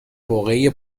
واقعی